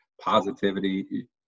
positivity